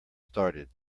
started